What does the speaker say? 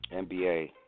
NBA